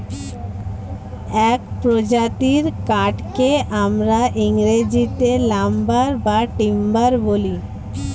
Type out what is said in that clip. এক প্রজাতির কাঠকে আমরা ইংরেজিতে লাম্বার বা টিম্বার বলি